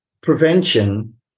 prevention